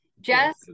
Jess